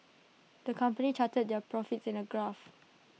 the company charted their profits in A graph